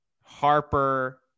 Harper